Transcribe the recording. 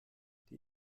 die